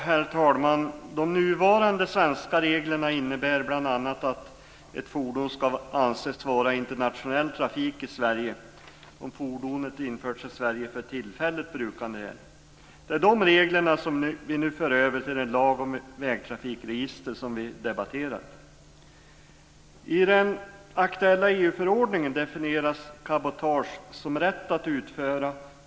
Herr talman! De nuvarande svenska reglerna innebär bl.a. att ett fordon ska anses vara i internationell trafik i Sverige om fordonet införts i Sverige för tillfälligt brukande här. De reglerna förs nu över till den lag om vägtrafikregister som vi nu debatterar. Vad som ska läggas i begreppet tillfälliga är en uppgift för de nationella domstolarna och i sista hand EG-domstolen att tolka.